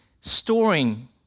storing